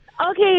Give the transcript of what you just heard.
Okay